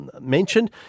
mentioned